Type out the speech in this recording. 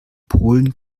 polen